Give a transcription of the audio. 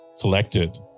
collected